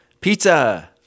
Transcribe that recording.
pizza